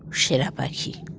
সেরা পাখি